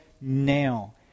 now